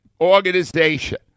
organization